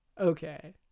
Okay